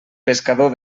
pescador